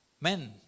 Men